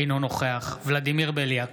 אינו נוכח ולדימיר בליאק,